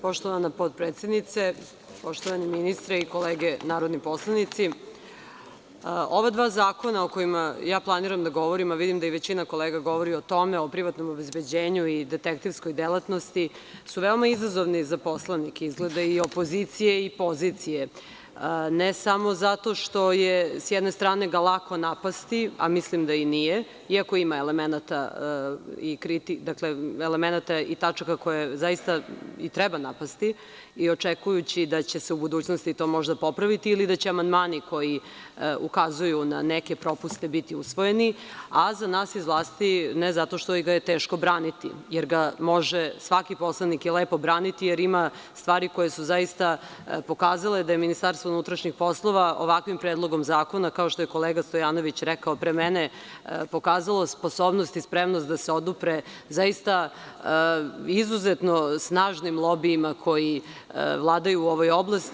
Poštovana potpredsednice, poštovani ministre i kolege narodni poslanici, ova dva zakona o kojima planiram da govorim, a vidim da i većina kolega govori o tome, o privatnom obezbeđenju i detektivskoj delatnosti, su veoma izazovni za poslanike, izgleda i opozicije i pozicije, ne samo zato što je, sa jedne strane, ga lako napasti, a mislim da i nije iako ima elemenata i tačaka koje treba napasti, i očekujući da će se u budućnosti to možda popraviti ili da će amandmani koji ukazuju na neke propuste biti usvojeni, a za nas iz vlasti ne zato što ga je teško braniti, jer ga može svaki poslanik braniti jer ima stvari koje su pokazale da je MUP ovakvim predlogom zakona, kao što je kolega Stojanović rekao pre mene, pokazalo sposobnost i spremnost da se odupre zaista izuzetno snažnim lobijima koji vladaju u ovoj oblasti.